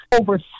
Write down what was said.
over